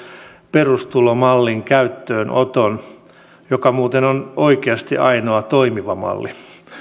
perustulomallin käyttöönoton joka muuten on oikeasti ainoa toimiva malli